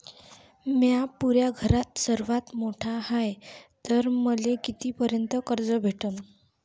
म्या पुऱ्या घरात सर्वांत मोठा हाय तर मले किती पर्यंत कर्ज भेटन?